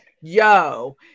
yo